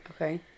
Okay